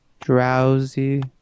drowsy